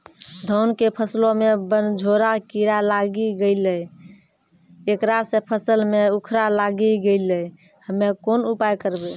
धान के फसलो मे बनझोरा कीड़ा लागी गैलै ऐकरा से फसल मे उखरा लागी गैलै हम्मे कोन उपाय करबै?